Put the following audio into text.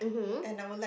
and I will like